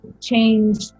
change